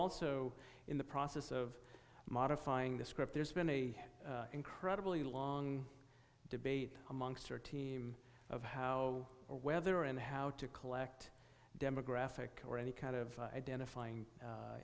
also in the process of modifying the script there's been a incredibly long debate amongst your team of how or whether and how to collect demographic or any kind of identify